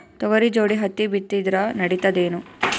ತೊಗರಿ ಜೋಡಿ ಹತ್ತಿ ಬಿತ್ತಿದ್ರ ನಡಿತದೇನು?